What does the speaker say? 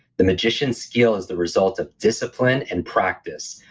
the magician's skill is the result of discipline and practice.